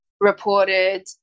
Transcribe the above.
reported